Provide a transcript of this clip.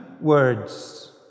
words